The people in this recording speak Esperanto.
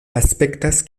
aspektas